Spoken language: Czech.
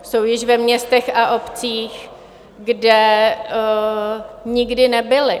Jsou již ve městech a obcích, kde nikdy nebyly.